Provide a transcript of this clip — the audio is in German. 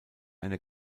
eine